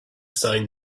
sign